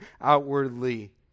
outwardly